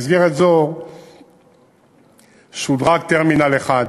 במסגרת זו שודרג טרמינל 1,